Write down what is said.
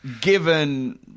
Given